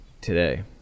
today